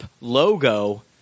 logo